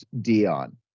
Dion